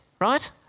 right